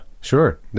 sure